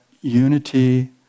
unity